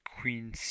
queen